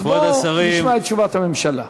אז בואו נשמע את תשובת הממשלה.